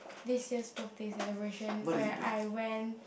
this year birthday celebration when I went